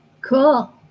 Cool